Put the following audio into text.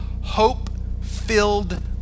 hope-filled